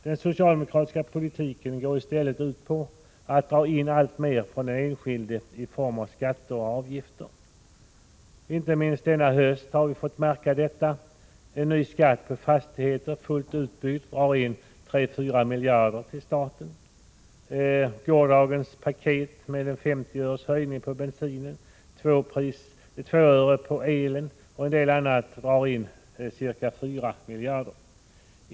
Den socialdemokratiska politiken går i stället ut på att dra in alltmer från den enskilde i form av skatter och avgifter. Inte minst denna höst har vi fått märka detta: en ny skatt på fastigheter, som fullt utbyggd drar in 34 miljarder till staten. Gårdagens paket, med en höjning av bensinpriset med 50 öre och på elpriset med 2 öre samt en del annat, drar in ca 4 miljarder.